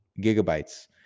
gigabytes